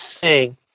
sing